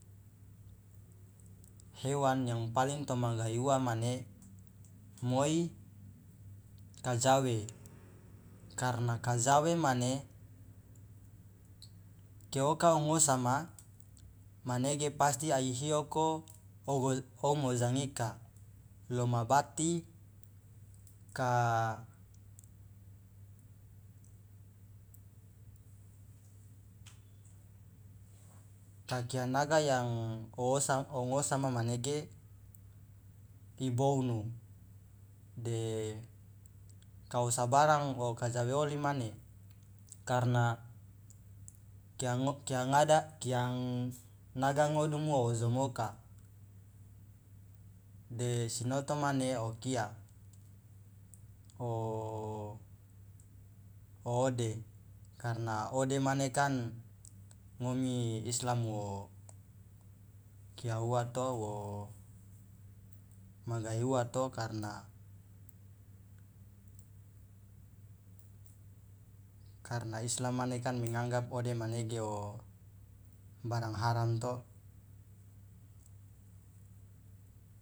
Hewan yang paling to magae uwa mane moi kajawe karna kajawe mane keoka wo ngosama manege pasti ai hioko o ngojangika lo ma bati ka ka kianaga yang o ngosama manege ibounu de kao sabarang kajawe oli mane karna kianaga ngodumu ojomoka de sinoto mane okia o ode karna ode mane kan ngomi islam wo kia uwa to wo magae uwa to karna karna islam mane kan mi nganggap ode manege o barang haram to.